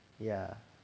ya